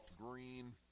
green